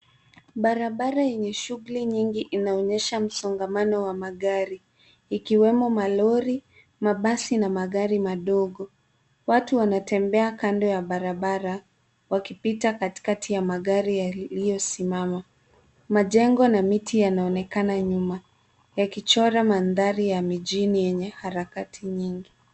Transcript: Barabara yenye shughuli nyingi inaonyesha msongamano wa magari ikiwemo malori, mabasi na magari madogo. Watu wanatembea kando ya barabara wakipita katikati ya magari yaliyosimama. Majengo na miti yanaonekana nyuma yakichora mandhari ya mijini yenye harakati nyingi.